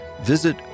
visit